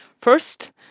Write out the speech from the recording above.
First